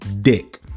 dick